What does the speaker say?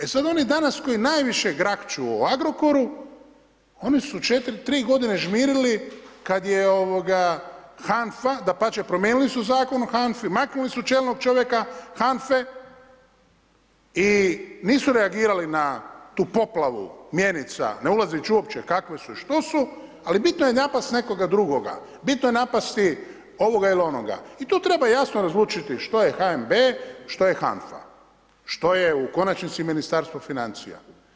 E sad oni danas koji najviše grakću o Agrokoru, oni su 3 godine žmirili kad je HANFA, dapače promijenili su zakon o HAFA-i, maknuli su čelnog čovjeka HANFA-e i nisu reagirali na tu poplavu mjenica ne ulazeći uopće kakve su i što su, ali bitno je napasti nekoga drugog, a bitno je napasti ovoga ili onoga i tu treba jasno razlučiti što je HNB, što je HANFA, što je u konačnici Ministarstvo financija.